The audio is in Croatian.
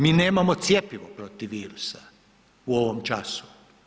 Mi nemamo cjepivo protiv virusa u ovom času.